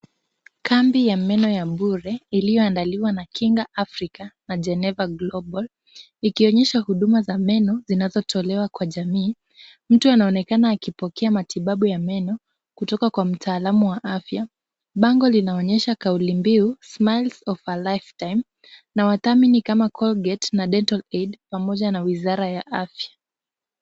Kambi ya meno ya bure iliyoandaliwa na Kinga Africa na Geneva Global ikionyesha huduma za meno zinazotolewa kwa jamii. Mtu anaonekana akipokea matibabu ya meno kutoka kwa mtaalamu wa afya. Bango linaonyesha kauli mbiu smiles of a lifetime na wadhamini kama Colgate na Dental Aid pamoja na wizara ya afya.